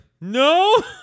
no